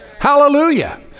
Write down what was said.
Hallelujah